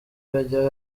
hajya